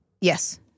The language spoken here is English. Yes